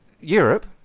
Europe